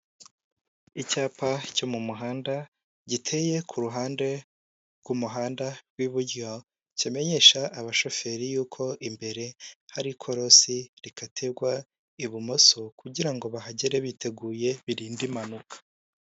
Icyapa cyo mu muhanda, giteye ku ruhande rw'umuhanda w'iburyo, kimenyesha abashoferi yuko imbere hari ikorosi rikatirwa ibumoso, kugira ngo bahagere biteguye, birinde impanuka.